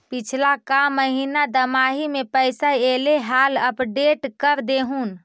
पिछला का महिना दमाहि में पैसा ऐले हाल अपडेट कर देहुन?